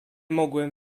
mogłem